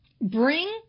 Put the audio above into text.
bring